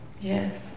Yes